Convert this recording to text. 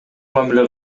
мамиле